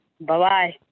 Bye-bye